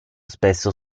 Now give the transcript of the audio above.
spesso